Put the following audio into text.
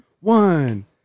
one